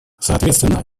соответственно